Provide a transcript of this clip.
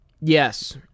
Yes